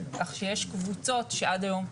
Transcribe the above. כך שיש קבוצות שעד היום תוקצבו,